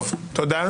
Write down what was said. תודה.